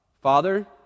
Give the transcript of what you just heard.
Father